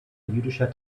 jüdischer